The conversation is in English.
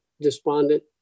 despondent